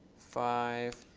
five,